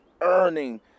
earning